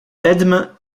edme